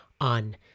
on